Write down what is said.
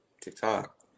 TikTok